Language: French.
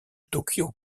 tokyo